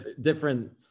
different